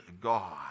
God